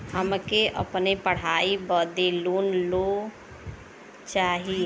हमके अपने पढ़ाई बदे लोन लो चाही?